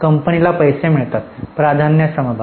कंपनीला पैसे मिळतात प्राधान्य समभाग